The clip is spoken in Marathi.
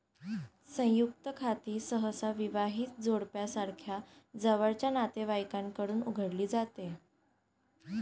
संयुक्त खाती सहसा विवाहित जोडप्यासारख्या जवळच्या नातेवाईकांकडून उघडली जातात